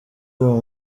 uwo